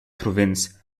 provinz